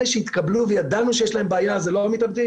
אלה שהתקבלו וידענו שיש להם בעיה, הם לא המתאבדים.